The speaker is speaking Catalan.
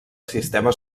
sistema